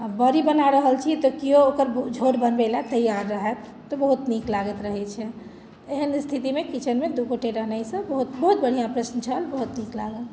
बड़ी बना रहल छी तऽ किओ ओकर झोर बनबैले तैयार रहथि तऽ बहुत नीक लागैत रहैत छै एहन स्थितिमे किचेनमे दू गोटे रहनाइसँ बहुत बहुत बढ़िआँ प्रश्न छल बहुत नीक लागल